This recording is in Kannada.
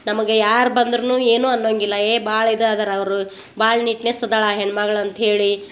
ನಮಗೆ ಯಾರು ಬಂದರೂನು ಏನು ಅನ್ನೊಂಗಿಲ್ಲ ಏಯ್ ಭಾಳ ಇದು ಅದರವರು ಭಾಳ ನೀಟ್ನೆಸ್ ಅದಾಳ ಆ ಹೆಣ್ಮಗ್ಳು ಅಂತ್ಹೇಳಿ